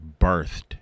birthed